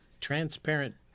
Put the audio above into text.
transparent